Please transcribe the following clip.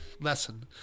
lesson